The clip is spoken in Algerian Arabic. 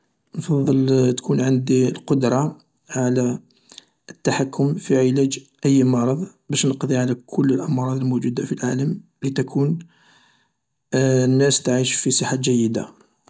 نفضل تكون عندي القدرة على التحكم في علاج أي مرض باش نقضي على كل الأمراض الموجودة في العالم لتكون الناس تعيش في صحة جيدة.